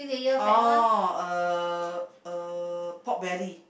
oh uh uh pork belly